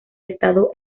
estado